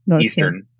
Eastern